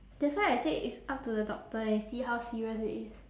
that's why I said it's up to the doctor and see how serious it is